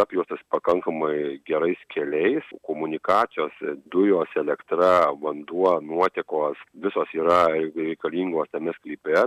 apjuostas pakankamai gerais keliais komunikacijos dujos elektra vanduo nuotekos visos yra reikalingos tame sklype